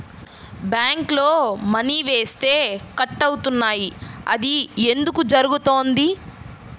బ్యాంక్లో మని వేస్తే కట్ అవుతున్నాయి అది ఎందుకు జరుగుతోంది?